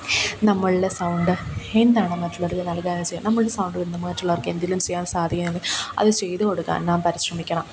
നമ്മളിലെ sound എന്താണ് മറ്റുള്ളവർക്ക് നൽകാന്നെച്ചാൽ നമ്മളിലെ സൗണ്ട് കൊണ്ട് മറ്റുള്ളവർക്കെന്തേലും ചെയ്യാൻ സാധിക്കുന്നെങ്കിൽ അത് ചെയ്തുകൊടുക്കാൻ നാം പരിശ്രമിക്കണം